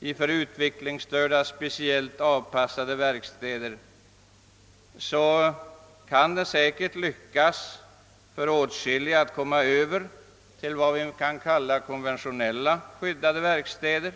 i för utvecklingsstörda speciellt avpassade verkstäder kan det säkert lyckas för åtskilliga att komma över till vad vi kan kalla konventionella skyddade verkstäder.